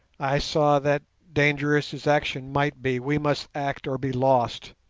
i saw that, dangerous as action might be, we must act or be lost,